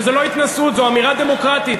וזו לא התנשאות, זו אמירה דמוקרטית.